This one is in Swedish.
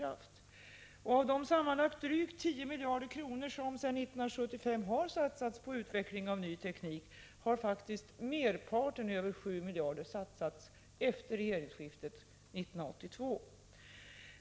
Av de sammanlagt drygt 10 miljarder kronor som sedan 1975 har satsats på ny teknik har faktiskt merparten — över 7 miljarder kronor — satsats efter regeringsskiftet 1982.